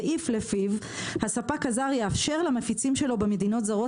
סעיף לפיו הספק הזר יאפשר למפיצים שלו במדינות זרות